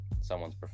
someone's